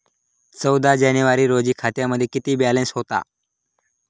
चौदा जानेवारी रोजी खात्यामध्ये किती बॅलन्स होता?